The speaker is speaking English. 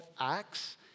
ACTS